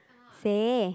say